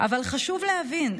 אבל חשוב להבין,